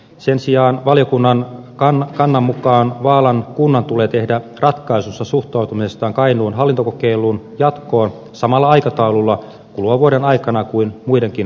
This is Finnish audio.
sen sijaan valiokunnan kannan mukaan vaalan kunnan tulee tehdä ratkaisunsa suhtautumisestaan kainuun hallintokokeilun jatkoon samalla aikataululla kuluvan vuoden aikana kuin muidenkin kainuun kuntien